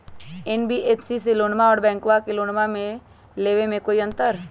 NBFC से लोनमा आर बैंकबा से लोनमा ले बे में कोइ अंतर?